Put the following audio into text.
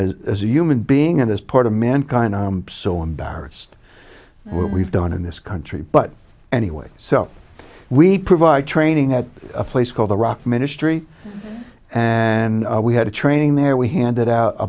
as a human being in this part of mankind so embarrassed what we've done in this country but anyway so we provide training at a place called the rock ministry and we had a training there we handed out a